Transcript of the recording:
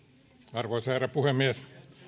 arvoisa herra puhemies